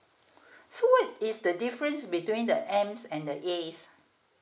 so what is the difference between the M's and the A's